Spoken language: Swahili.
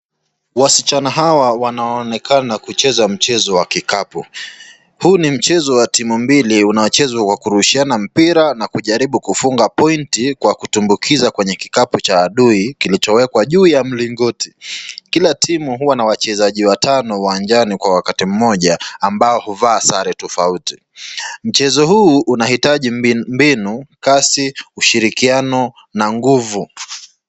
Wasichana hawa wanaonekana kucheza mpira wa kikapu. Huu ni mchezo wa timu mbili unaochezwa kwa kurushiana mpira na kujaribu kufunga pointi kwa kutumbukiza kwenye kikapu cha dui kilichowekwa juu ya mlingoti. Kila timu huwa na wachezaji watano uwanjani kwa wakati mmoja ambao huvaa sare tofauti. Mchezo huu unahitaji mbinu kasi ushirikiano na nguvu.